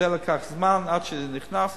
וזה לקח זמן עד שזה נכנס.